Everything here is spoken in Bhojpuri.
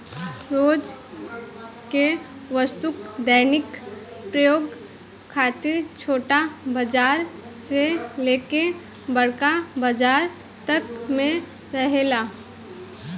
रोज के वस्तु दैनिक प्रयोग खातिर छोट बाजार से लेके बड़का बाजार तक में रहेला